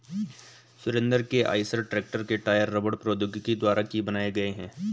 सुरेंद्र के Eicher tractor के tyre रबड़ प्रौद्योगिकी द्वारा ही बनाए गए हैं